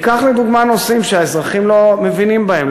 ניקח לדוגמה נושאים שהאזרחים לא מבינים בהם.